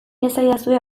iezadazue